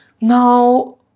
now